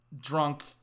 drunk